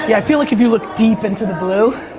yeah i feel like if you look deep into the blue.